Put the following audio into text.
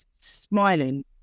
smiling